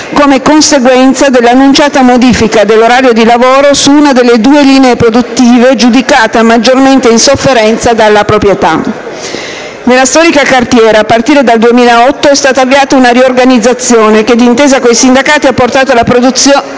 come conseguenza dell'annunciata modifica dell'orario di lavoro su una delle due linee produttive giudicata maggiormente in sofferenza dalla proprietà. Nella storica cartiera a partire dal 2008 è stata avviata una riorganizzazione che, d'intesa con i sindacati, ha portato alla riduzione